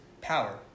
power